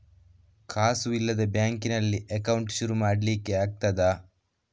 ಕಾಸು ಇಲ್ಲದ ಬ್ಯಾಂಕ್ ನಲ್ಲಿ ಅಕೌಂಟ್ ಶುರು ಮಾಡ್ಲಿಕ್ಕೆ ಆಗ್ತದಾ?